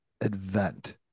event